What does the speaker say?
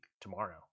tomorrow